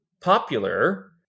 popular